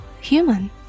human